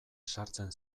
sartzen